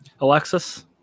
Alexis